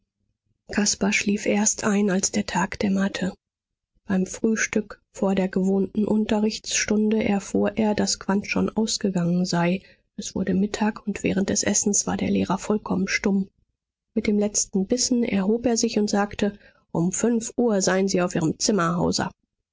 caspar schlief erst ein als der tag dämmerte beim frühstück vor der gewohnten unterrichtsstunde erfuhr er daß quandt schon ausgegangen sei es wurde mittag und während des essens war der lehrer vollkommen stumm mit dem letzten bissen erhob er sich und sagte um fünf uhr seien sie auf ihrem zimmer